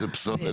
של פסולת.